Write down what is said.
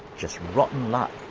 just rotten luck,